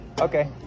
Okay